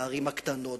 בערים הקטנות,